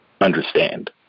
understand